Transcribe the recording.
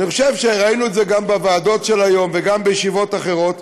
אני חושב שראינו את זה גם בוועדות היום וגם בישיבות אחרות,